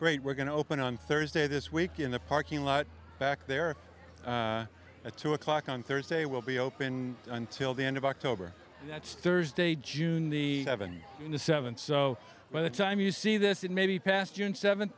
great we're going to open on thursday this week in the parking lot back there at two o'clock on thursday will be open until the end of october that's thursday june the haven't in the seven so by the time you see this it may be past june seventh